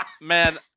Man